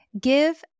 give